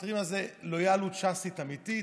תראי מה זו לויאליות ש"סית אמיתית.